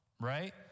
right